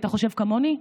אתה חושב כמוני?